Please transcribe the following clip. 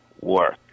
work